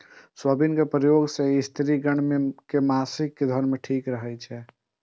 soybean के प्रयोग सं स्त्रिगण के मासिक धर्म ठीक रहै छै